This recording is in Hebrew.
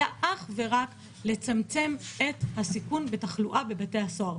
היה אך ורק לצמצם את הסיכון בתחלואה בבתי הסוהר,